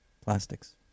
plastics